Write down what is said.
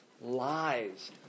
lies